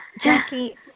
Jackie